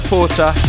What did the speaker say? Porter